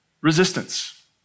resistance